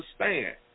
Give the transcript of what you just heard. understand